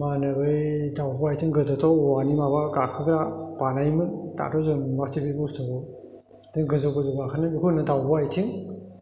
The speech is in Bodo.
मा होनो बै दाउब' आथिं गोदोथ' औवानि माबा गाखोग्रा बानायोमोन दाथ' जों नुआसैनो बे बुस्थुखौ बेदिनो गोजौ गोजौ गाखोनाय बेखौ होनो दाउब' आथिं